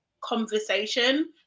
conversation